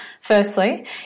Firstly